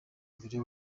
mbere